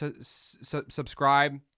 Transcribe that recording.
subscribe